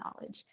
knowledge